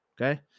Okay